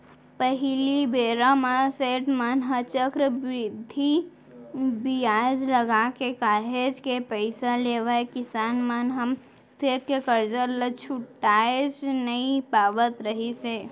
पहिली बेरा म सेठ मन ह चक्रबृद्धि बियाज लगाके काहेच के पइसा लेवय किसान मन ह सेठ के करजा ल छुटाएच नइ पावत रिहिस हे